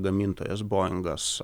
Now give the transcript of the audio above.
gamintojas boingas